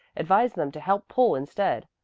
advised them to help pull instead.